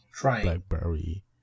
BlackBerry